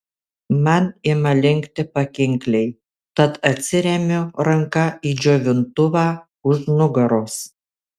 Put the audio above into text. man ima linkti pakinkliai tad atsiremiu ranka į džiovintuvą už nugaros